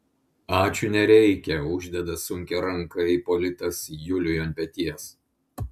ačiū nereikia uždeda sunkią ranką ipolitas juliui ant peties